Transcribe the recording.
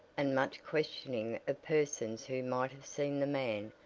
and much questioning of persons who might have seen the man,